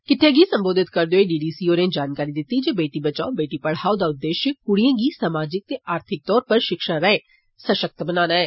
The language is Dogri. किहे गी सम्बोधित करदे होई डी डी सी होरें जानकारी दिती जे बेटी बचाओ बेटी पढ़ाओ दा उद्देष्य कुडिएं गी समाजिक ते आर्थिक तौरा उप्पर षिक्षा राएं सषक्त बनाना ऐ